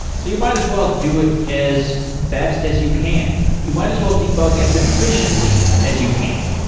you might as well do it as best as you can. you might as well debug as efficiently as you can.